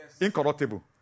Incorruptible